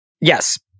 Yes